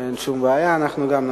אין בעיה, אנחנו גם נצביע.